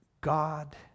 God